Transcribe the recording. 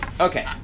Okay